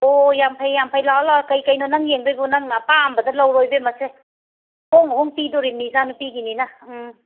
ꯑꯣ ꯌꯥꯝ ꯐꯩ ꯌꯥꯝ ꯐꯩ ꯂꯥꯛꯑꯣ ꯂꯥꯛꯑꯣ ꯀꯩ ꯀꯩꯅꯣ ꯅꯪ ꯌꯦꯡꯗꯣꯏꯕꯣ ꯅꯪꯅ ꯑꯄꯥꯝꯕꯗ ꯂꯧꯔꯣ ꯏꯕꯦꯝꯃ ꯁꯦ ꯍꯣꯡ ꯍꯣꯡꯅ ꯄꯤꯗꯣꯔꯤꯝꯅꯤ ꯏꯆꯥ ꯅꯨꯄꯤꯒꯤꯅꯤꯅ ꯎꯝ